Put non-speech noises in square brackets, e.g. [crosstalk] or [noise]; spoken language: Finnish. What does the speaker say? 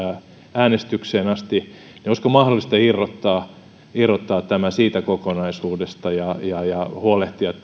äänestykseen asti niin olisiko mahdollista irrottaa irrottaa tämä siitä kokonaisuudesta tästä sote paketin kohtalosta ja huolehtia [unintelligible]